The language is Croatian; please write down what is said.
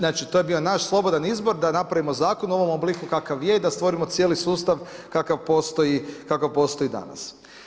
Znači to je bio naš slobodan izbor, da napravimo zakon u ovom obliku kakav je i da stvorimo cijeli sustav kakav postoji danas.